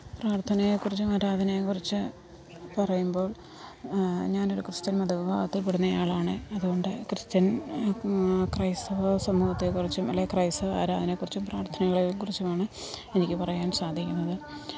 പ്രാർത്ഥനയെ കുറിച്ചും ആരാധനയെ കുറിച്ച് പറയുമ്പോൾ ഞാൻ ഒരു ക്രിസ്ത്യൻ മതവിഭാഗത്തിൽപ്പെടുന്ന ആളാണേ അതുകൊണ്ട് ക്രിസ്ത്യൻ ക്രൈസ്തവ സമൂഹത്തെ കുറിച്ചും അല്ലേ ക്രൈസ്തവ ആരാധനയെ കുറിച്ചും പ്രാർത്ഥനകളെ കുറിച്ചുമാണേ എനിക്ക് പറയാൻ സാധിക്കുന്നത്